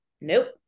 nope